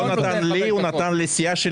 הוא לא נתן לי, הוא נתן לסיעה.